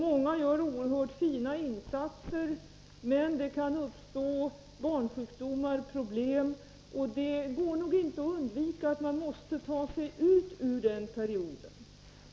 Många gör oerhört fina insatser, men det kan uppstå barnsjukdomar och problem. Det går nog inte att undvika att man måste ta sig ur den perioden.